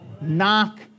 knock